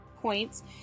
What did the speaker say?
points